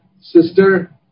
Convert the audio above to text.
sister